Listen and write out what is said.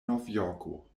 novjorko